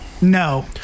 No